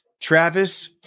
Travis